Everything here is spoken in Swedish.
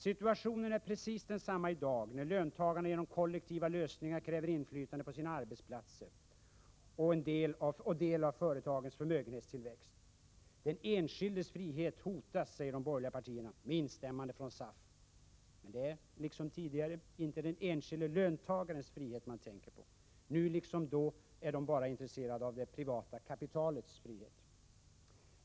Situationen är precis densamma i dag, när löntagarna genom kollektiva lösningar kräver inflytande på sina arbetsplatser och del av företagens förmögenhetstillväxt. Den enskildes frihet hotas, säger de borgerliga partierna med instämmande från SAF. Men det är liksom tidigare inte den enskilde löntagarens frihet de tänker på. Nu liksom då är de bara intresserade av det privata kapitalets frihet.